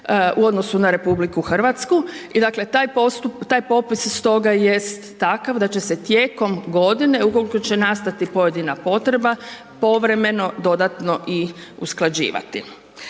u odnosu na RH i dakle taj popis stoga jest takav da će se tijekom godine ukoliko će nastati pojedina potreba, povremeno dodatno i usklađivati.